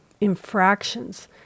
infractions